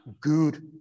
good